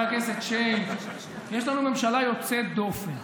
יוצאת דופן,